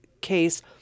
case